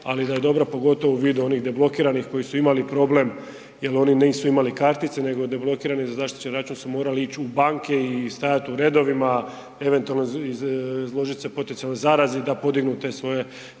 ali da dobra pogotovo u vidu onih deblokiranih koji su imali problem jer oni nisu imali kartice nego deblokirani za zaštićen račun su morali ići u banke i stajati u redovima eventualno izložit se potencijalnoj zarazi da podignu te svoje,